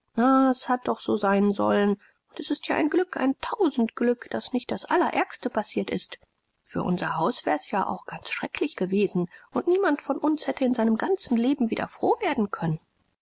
es hat doch so sein sollen und es ist ja ein glück ein tausendglück daß nicht das allerärgste passiert ist für unser haus wär's ja auch ganz schrecklich gewesen und niemand von uns hätte in seinem ganzen leben wieder froh werden können